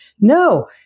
No